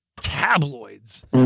Tabloids